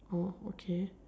oh okay